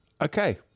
Okay